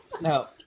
No